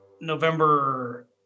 November